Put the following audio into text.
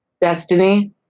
destiny